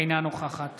אינה נוכחת